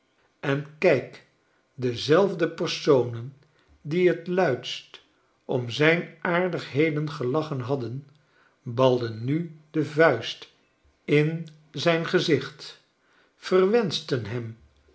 en kijk dezelfde personen die t luidst om zijn aardigheden gelachen hadden balden nu de vuist in zijn gezicht verwenschten hem